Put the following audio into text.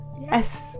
Yes